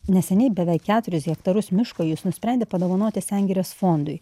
neseniai beveik keturis hektarus miško jis nusprendė padovanoti sengirės fondui